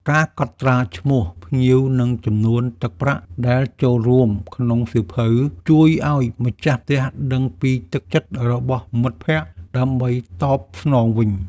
ការកត់ត្រាឈ្មោះភ្ញៀវ និងចំនួនទឹកប្រាក់ដែលចូលរួមក្នុងសៀវភៅ ជួយឱ្យម្ចាស់ផ្ទះដឹងពីទឹកចិត្តរបស់មិត្តភក្តិដើម្បីតបស្នងវិញ។